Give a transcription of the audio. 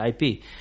IP